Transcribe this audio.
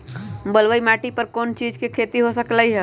बलुई माटी पर कोन कोन चीज के खेती हो सकलई ह?